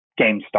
GameStop